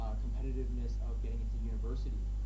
ah competitiveness of getting into university,